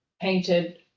painted